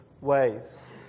ways